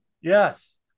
Yes